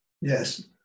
Yes